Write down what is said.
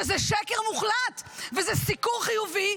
שזה שקר מוחלט, וזה סיקור חיובי,